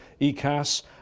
ECAS